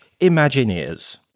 imagineers